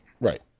Right